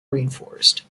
rainforest